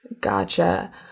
Gotcha